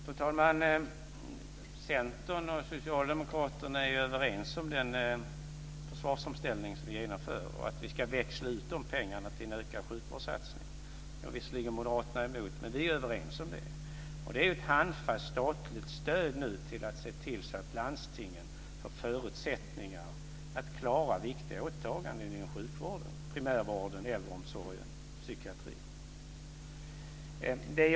Fru talman! Centern och Socialdemokraterna är överens om den försvarsomställning som vi genomför och att vi ska växla ut de pengarna till en ökad sjukvårdssatsning. Nu går visserligen Moderaterna emot detta, men vi är överens om det. Det är ett handfast statligt stöd för att se till att landstingen får förutsättningar att klara viktiga åtaganden inom sjukvården, primärvården, äldreomsorgen och psykiatrin.